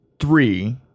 three